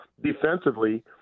defensively